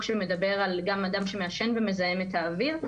שמדבר על אדם שמעשן ומזהם את האוויר,